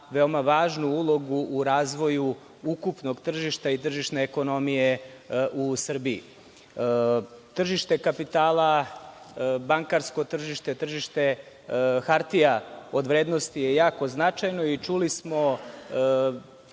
veoma važnu ulogu u razvoju ukupnog tržišta i tržišne ekonomije u Srbiji.Tržište kapitala, bankarsko tržište, tržište hartija od vrednosti je jako značajno i čuli smo